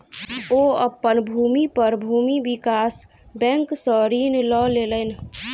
ओ अपन भूमि पर भूमि विकास बैंक सॅ ऋण लय लेलैन